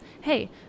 Hey